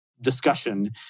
discussion